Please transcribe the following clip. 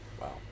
Wow